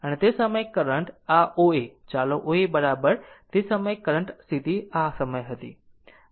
અને તે સમયે કરંટ આ O A ચાલો O A બરાબર તે સમયે કરંટ સ્થિતિ આ સમયે હતી